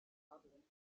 dublin